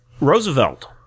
Roosevelt